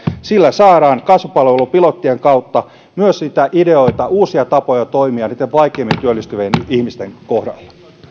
sillä saadaan kasvupalvelupilottien kautta myös niitä ideoita uusia tapoja toimia vaikeimmin työllistyvien ihmisten kohdalla